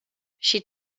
she